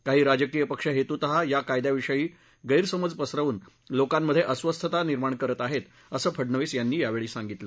काही राजकीय पक्ष हेतुतः या कायद्याविषयी गैरसमज पसरवून लोकांमध्ये अस्वस्थता निर्माण करत आहेत असं फडनवीस म्हणाले